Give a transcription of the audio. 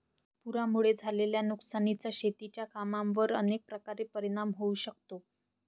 पुरामुळे झालेल्या नुकसानीचा शेतीच्या कामांवर अनेक प्रकारे परिणाम होऊ शकतो